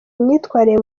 imyitwarire